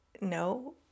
No